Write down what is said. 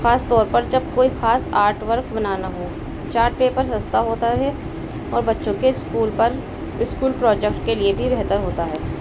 خاص طور پر جب کوئی خاص آرٹ ورک بنانا ہو چارٹ پیپر سستا ہوتا ہے اور بچوں کے اسکول پر اسکول پروجیکٹ کے لیے بھی بہتر ہوتا ہے